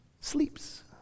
sleeps